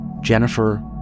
Jennifer